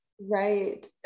Right